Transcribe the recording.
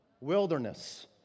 Wilderness